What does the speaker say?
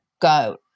go